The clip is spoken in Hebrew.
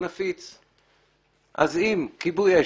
יחיא (הרשימה המשותפת): כבוד היושב-ראש,